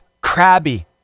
crabby